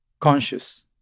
conscious